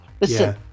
Listen